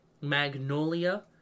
Magnolia